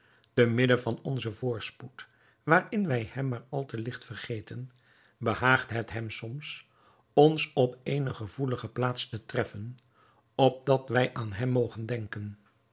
te midden van onzen voorspoed waarin wij hem maar al te ligt vergeten behaagt het hem soms ons op eene gevoelige plaats te treffen opdat wij aan hem mogen denken